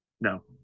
No